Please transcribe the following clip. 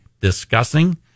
discussing